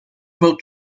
boat